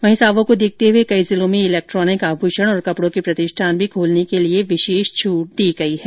वहीं सावों को देखते हुए कई जिलों में इलेक्ट्रोनिक आभूषण और कपड़ों के प्रतिष्ठान भी खोलने के लिए विशेष छूट दी गई है